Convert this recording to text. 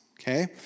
okay